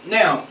now